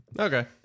Okay